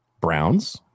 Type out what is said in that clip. Browns